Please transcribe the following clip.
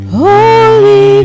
holy